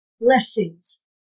blessings